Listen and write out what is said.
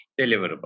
deliverable